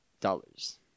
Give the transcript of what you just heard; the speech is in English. dollars